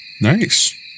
Nice